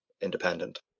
independent